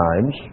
times